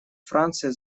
франции